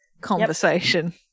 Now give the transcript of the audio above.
conversation